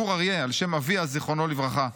גור אריה, על שם אביה זיכרונו לברכה,